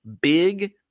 big